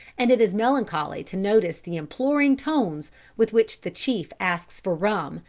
and it is melancholy to notice the imploring tones with which the chief asks for rum,